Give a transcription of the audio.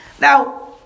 Now